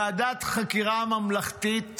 ועדת חקירה ממלכתית